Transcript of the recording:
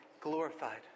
glorified